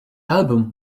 album